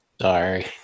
Sorry